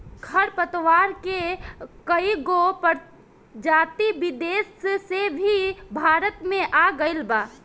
खर पतवार के कएगो प्रजाति विदेश से भी भारत मे आ गइल बा